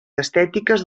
estètiques